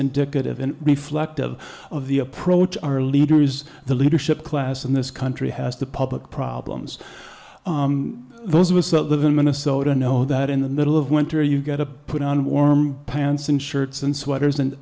indicative in reflective of the approach our leaders the leadership class in this country has the public problems those of us that live in minnesota know that in the middle of winter you get to put on warm pants and shirts and sweaters and